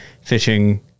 fishing